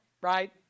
Right